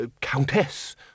Countess